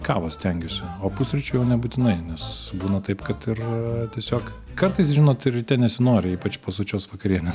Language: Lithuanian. kavą stengiuosi o pusryčių jau nebūtinai nes būna taip kad ir tiesiog kartais žinot ir ryte nesinori ypač po sočios vakarienės